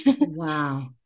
Wow